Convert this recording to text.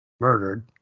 murdered